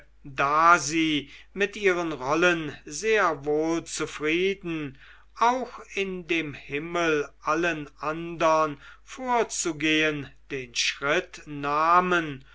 da sie mit ihren rollen sehr wohl zufrieden auch in dem himmel allen andern vorauszugehen den schritt nahmen